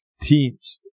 teams